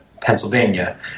Pennsylvania